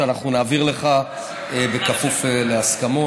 שאנחנו נעביר לך בכפוף להסכמות.